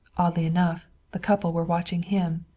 oddly enough, the couple were watching him.